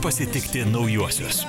pasitikti naujuosius